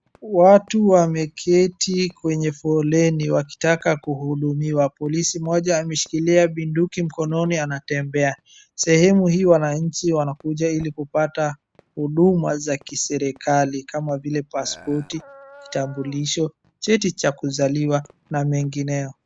Watu wameketi kwenye foleni wakitaka kuhudumiwa, polisi mmoja ameshikilia bunduki mkononi anatembea. Sehemu hiyo wananchi wanakuja ili kupata huduma za serikali kama vile kitambulisho, paspoti, cheti cha kuzaliwa na mengineo.